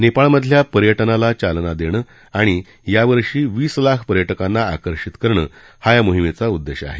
नेपाळमधल्या पर्यटनाला चालना देणं आणि या वर्षी वीस लाख पर्यटकांना आकर्षित करणं हा या मोहिमेचा उद्देश आहे